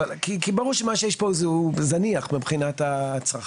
כי ברור שמה שיש פה הוא זניח מבחינת הצרכים.